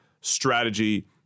strategy